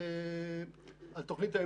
וכתוצאה מזה כבר נגזרה תוכנית ששמה את